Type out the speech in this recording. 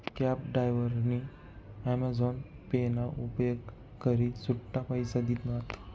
cab डायव्हरनी Amazon पे ना उपेग करी सुट्टा पैसा दिनात